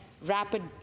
rapid